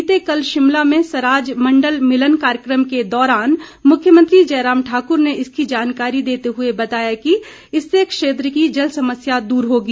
बीते कल शिमला में सराज मण्डल मिलन कार्यक्रम के दौरान मुख्यमंत्री जयराम ठाकुर ने इसकी जानकारी देते हुए बताया कि इससे क्षेत्र की जल समस्या दूर होगी